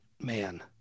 man